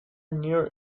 near